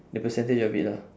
the percentage of it lah